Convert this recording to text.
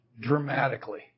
Dramatically